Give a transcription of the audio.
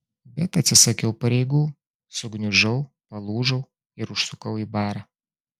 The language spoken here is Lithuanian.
bet atsisakiau pareigų sugniužau palūžau ir užsukau į barą